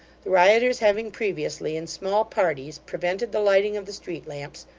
the rioters having previously, in small parties, prevented the lighting of the street lamps,